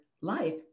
life